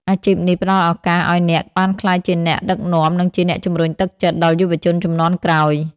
អាជីពនេះផ្តល់ឱកាសឱ្យអ្នកបានក្លាយជាអ្នកដឹកនាំ និងជាអ្នកជំរុញទឹកចិត្ត ដល់យុវជនជំនាន់ក្រោយ។